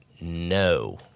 No